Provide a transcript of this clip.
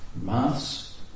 Maths